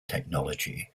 technology